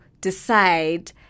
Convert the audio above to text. decide